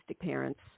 parents